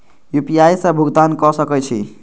UPI से भुगतान क सके छी?